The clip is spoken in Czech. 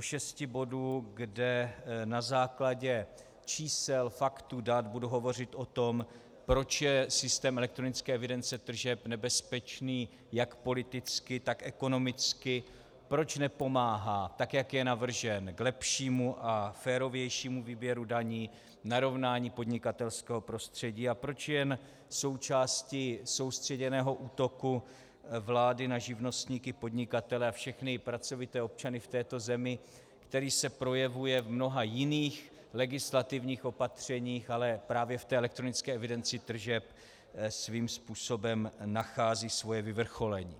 šesti bodů, kde na základě čísel, faktů, dat budu hovořit o tom, proč je systém elektronické evidence tržeb nebezpečný jak politicky, tak ekonomicky, proč nepomáhá, tak jak je navržen, k lepšímu a férovějšímu výběru daní, narovnání podnikatelského prostředí a proč je jen součástí soustředěného útoku vlády na živnostníky, podnikatele a všechny pracovité občany v této zemi, který se projevuje v mnoha jiných legislativních opatřeních, ale právě v elektronické evidenci tržeb svým způsobem nachází svoje vyvrcholení.